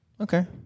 Okay